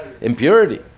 impurity